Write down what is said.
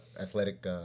athletic